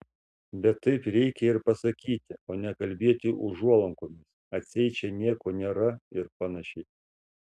bet taip reikia ir pasakyti o ne kalbėti užuolankomis atseit čia nieko nėra ir panašiai